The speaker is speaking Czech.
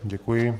Děkuji.